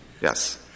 Yes